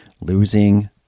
Losing